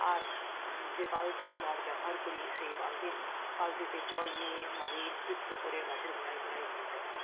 আর যে বালতি মগ ব্যবহার করি সেই বালতি বালতিতে জল নিয়ে মগে একটু একটু করে গাছের গোঁড়ায় গোঁড়ায় দিয়ে থাকি